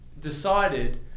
decided